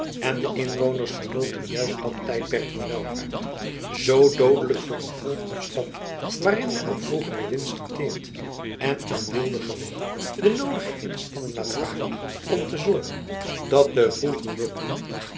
en de inwoners genoten juist dat tijdperk van welvaart zoo doodelijk voor een volk of stad waarin men op vroegere winsten teert en aan weelde gewoon de noodige inspanning laat varen om te zorgen dat de vroegere bloei